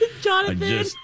Jonathan